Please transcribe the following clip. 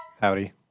Howdy